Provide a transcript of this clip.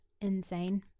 insane